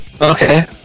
Okay